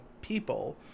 people